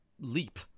leap